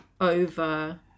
over